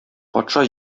патша